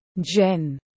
Jen